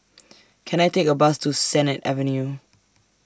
Can I Take A Bus to Sennett Avenue